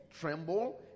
tremble